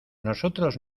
nosotros